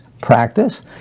practice